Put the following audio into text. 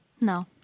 No